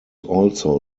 also